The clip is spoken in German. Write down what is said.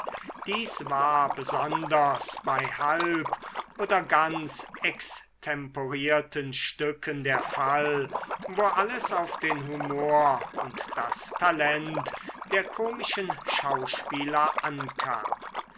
dies war besonders bei halb oder ganz extemporierten stücken der fall wo alles auf den humor und das talent der komischen schauspieler ankam